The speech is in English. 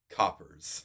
coppers